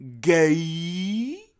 GAY